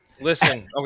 listen